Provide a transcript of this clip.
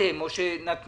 החינוך ואפילו לא משרד